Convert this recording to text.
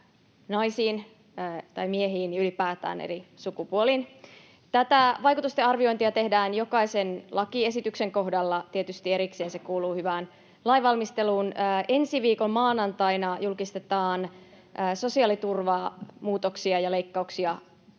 naisiin tai miehiin ja ylipäätään eri sukupuoliin. Tätä vaikutustenarviointia tehdään jokaisen lakiesityksen kohdalla tietysti erikseen. Se kuuluu hyvään lainvalmisteluun. Ensi viikon maanantaina julkistetaan sosiaaliturvamuutoksia ja ‑leikkauksia,